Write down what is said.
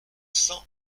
cents